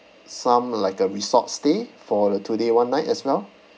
some like a resort stay for a two day one night as well